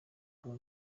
nkaba